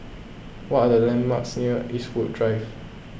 what are the landmarks near Eastwood Drive